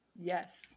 yes